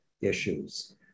issues